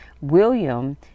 William